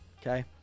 Okay